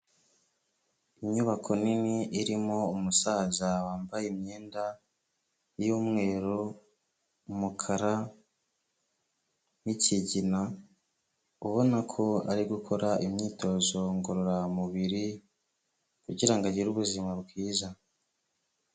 Inyubako nini irimo umusaza wambaye imyenda y'umweru, umukara n'ikigina, ubona ko ari gukora imyitozo ngororamubiri kugira ngo agire ubuzima bwiza.